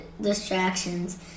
distractions